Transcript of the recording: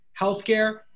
healthcare